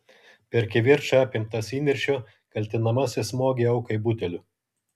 per kivirčą apimtas įniršio kaltinamasis smogė aukai buteliu